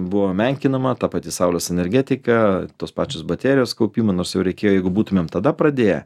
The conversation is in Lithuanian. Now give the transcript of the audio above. buvo menkinama ta pati saulės energetika tos pačios baterijos kaupimai nors jau reikėjo jeigu būtumėm tada pradėję